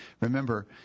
Remember